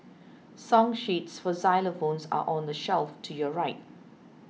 song sheets for xylophones are on the shelf to your right